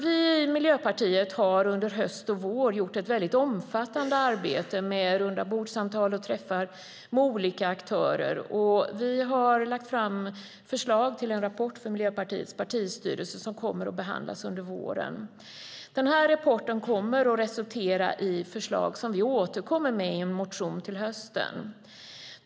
Vi i Miljöpartiet har under höst och vår gjort ett omfattande arbete med rundabordssamtal och träffar med olika aktörer, och vi har lagt fram förslag till en rapport för Miljöpartiets partistyrelse som kommer att behandlas under våren. Den rapporten kommer att resultera i förslag som vi återkommer med i en motion till hösten.